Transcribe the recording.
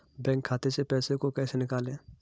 Bank खाते से पैसे को कैसे निकालें?